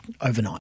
overnight